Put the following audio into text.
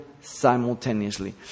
simultaneously